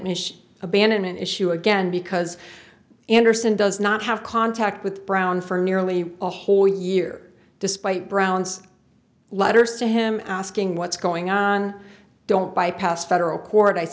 e abandonment issue again because andersen does not have contact with brown for nearly a whole year despite brown's letters to him asking what's going on don't bypass federal court i